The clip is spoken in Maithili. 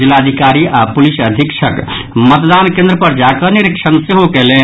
जिलाधिकारी आ पुलिस अधीक्षक मतदान केन्द्र पर जाकर निरीक्षण सेहो कयलनि